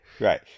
Right